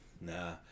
Nah